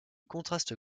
contraste